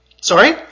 Sorry